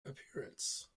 appearance